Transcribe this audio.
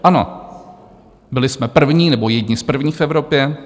Ano, byli jsme první nebo jedni z prvních v Evropě.